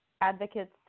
advocates